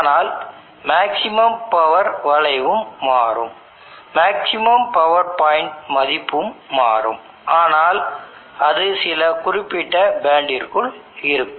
ஆனால் maximum power வளைவும் மாறும் மேக்ஸிமம் பவர் பாயிண்ட் மதிப்பும் மாறும் ஆனால் அது சில குறிப்பிட்ட பேண்டிற்குள் இருக்கும்